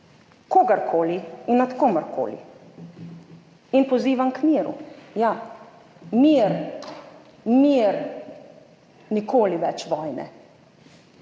kogarkoli in nad komerkoli in pozivam k miru. Ja, mir, mir, nikoli več vojne